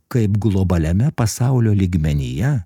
kaip globaliame pasaulio lygmenyje